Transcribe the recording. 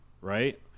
right